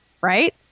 Right